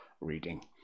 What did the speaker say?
reading